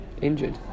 Injured